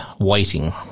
waiting